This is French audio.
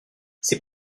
ses